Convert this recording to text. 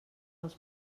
als